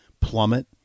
plummet